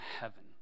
heaven